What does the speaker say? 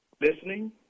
listening